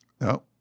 No